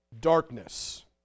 darkness